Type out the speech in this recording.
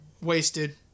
wasted